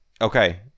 Okay